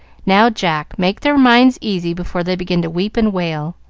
now, jack, make their minds easy before they begin to weep and wail.